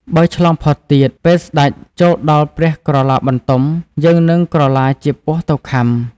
បើឆ្លងផុតទៀត ពេលស្តេចចូលដល់ព្រះក្រឡាបន្ទំ យើងនឹងក្រឡាជាពស់ទៅខាំ។